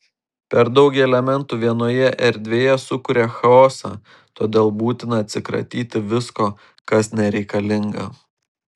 per daug elementų vienoje erdvėje sukuria chaosą todėl būtina atsikratyti visko kas nereikalinga